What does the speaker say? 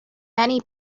many